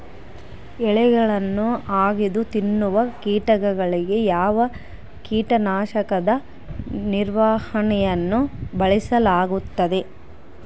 ಎಲೆಗಳನ್ನು ಅಗಿದು ತಿನ್ನುವ ಕೇಟಗಳಿಗೆ ಯಾವ ಕೇಟನಾಶಕದ ನಿರ್ವಹಣೆಯನ್ನು ಬಳಸಲಾಗುತ್ತದೆ?